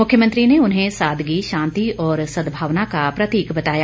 मुख्यमंत्री ने उन्हें सादगी शांति और सद्भावना का प्रतीक बताया